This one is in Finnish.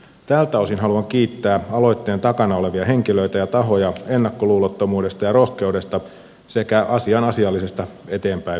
tältä osin haluan kiittää aloitteen takana olevia henkilöitä ja tahoja ennakkoluulottomuudesta ja rohkeudesta sekä asian asiallisesta eteenpäinviemisestä